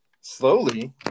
Slowly